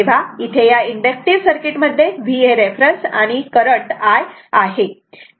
तेव्हा इथेया inductive circuit मध्ये V हे रेफरन्स आणि हे करंट I आहे